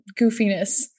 goofiness